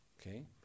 Okay